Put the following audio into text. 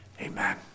Amen